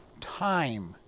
time